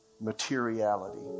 materiality